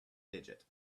digit